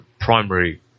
primary